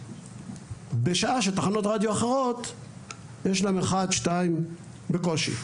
בשעה שתחנות רדיו אחרות יש להן 1-2 בקושי.